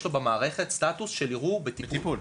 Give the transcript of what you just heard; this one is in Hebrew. לו במערכת סטטוס של "ערעור בטיפול".